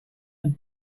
and